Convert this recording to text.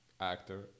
Actor